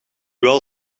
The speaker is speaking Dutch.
wel